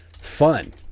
fun